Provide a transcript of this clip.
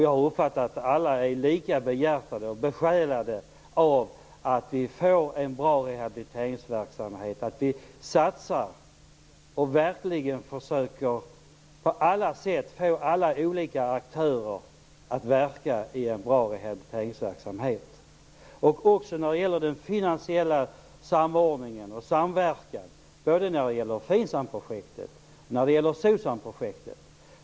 Jag uppfattar att alla är lika behjärtade och besjälade av att vi på alla sätt försöker få alla aktörer att verka för en bra rehabiliteringsverksamhet. Detta gäller också den finansiella samordningen och samverkan av FINSAM-projektet och SOCSAM-projektet.